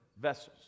vessels